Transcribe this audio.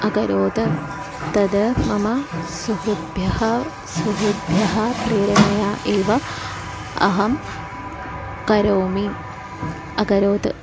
अकरोत् तदा मम सुहृद्भ्यः सृहृद्भ्यः प्रेरणया एव अहं करोमि अकरोत्